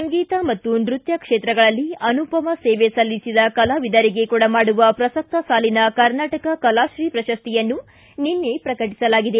ಸಂಗೀತ ಮತ್ತು ಸೃತ್ಯ ಕ್ಷೇತ್ರಗಳಲ್ಲಿ ಅನುಪಮ ಸೇವೆ ಸಲ್ಲಿಸಿದ ಕಲಾವಿದರಿಗೆ ಕೊಡಮಾಡುವ ಪ್ರಸಕ್ತ ಸಾಲಿನ ಕರ್ನಾಟಕ ಕಲಾಶ್ರೀ ಪ್ರಶಸ್ತಿಯನ್ನು ನಿನ್ನೆ ಪ್ರಕಟಿಸಲಾಗಿದೆ